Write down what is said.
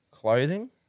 clothing